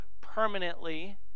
permanently